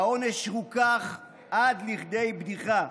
העונש רוכך עד לכדי בדיחה.